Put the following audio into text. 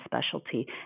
specialty